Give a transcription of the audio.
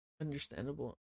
Understandable